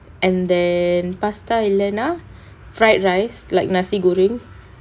and then pasta இல்லனா:illana fried rice like nasi goreng